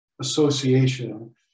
association